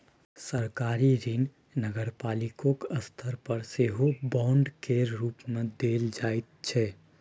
सरकारी ऋण नगरपालिको स्तर पर सेहो बांड केर रूप मे देल जाइ छै